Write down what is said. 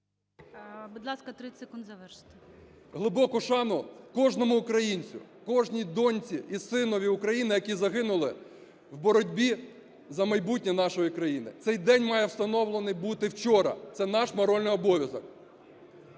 Будь ласка, 30 секунд завершити. ТЕТЕРУК А.А. ...глибоку шану кожному українцю, кожній донці і синові України, які загинули в боротьбі за майбутнє нашої країни. Цей день має встановлений бути вчора – це наш моральний обов'язок.